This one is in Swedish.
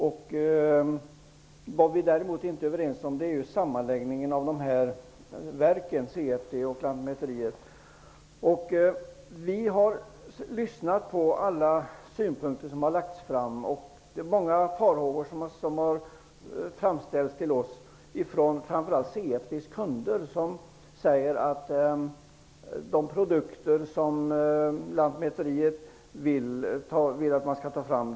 Vad vi däremot inte är överens om är sammanläggningen av de centrala verken: CFD och Lantmäteriverket. Vi har lyssnat på alla synpunkter som förts fram. Många farhågor har framförts till oss ifrån framför allt CFD:s kunder, som säger att de inte är intresserade av de produkter som Lantmäteriverket vill att man skall ta fram.